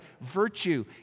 virtue